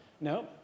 no